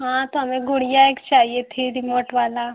हाँ तो हमें गुड़िया एक चाहिए थी रिमोट वाला